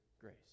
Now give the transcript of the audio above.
grace